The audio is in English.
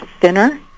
thinner